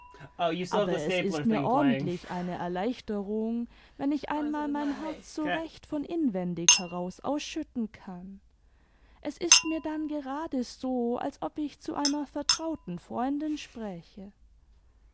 aber es ist mir ordentlich eine erleichtenmg wenn ich einmal mein herz so recht von inwendig heraus ausschütten kann es ist mir dann gerade so als ob ich zu einer vertrauten freundin spräche